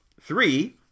Three